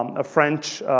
um a french